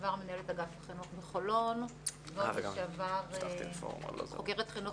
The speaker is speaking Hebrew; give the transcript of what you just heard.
לשעבר מנהלת אגף חינוך בחולון ולשעבר בוגרת חינוך